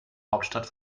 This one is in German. hauptstadt